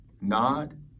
Nod